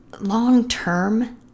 long-term